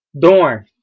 Dorn